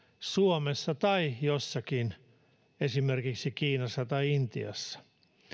suomessa tai jossakin esimerkiksi kiinassa tai intiassa